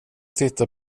titta